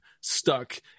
stuck